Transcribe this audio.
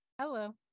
Hello